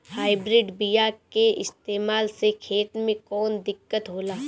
Hybrid बीया के इस्तेमाल से खेत में कौन दिकत होलाऽ?